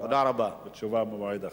שהצבעה ותשובה במועד אחר.